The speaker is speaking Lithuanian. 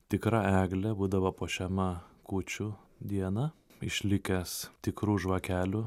tikra eglė būdavo puošiama kūčių dieną išlikęs tikrų žvakelių